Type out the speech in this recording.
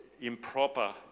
improper